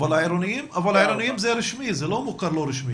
אבל העירוניים זה רשמי, זה לא מוכר לא רשמי.